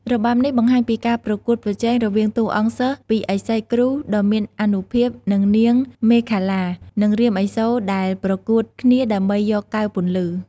របាំនេះបង្ហាញពីការប្រកួតប្រជែងរវាងតួអង្គសិស្សពីឥសីគ្រូដ៏មានអានុភាព គឺនាងមេខលា និងរាមឥសូរដែលប្រកួតគ្នាដើម្បីយកកែវពន្លឺ។